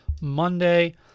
Monday